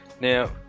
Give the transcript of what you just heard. Now